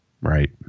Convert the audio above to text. Right